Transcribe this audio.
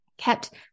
kept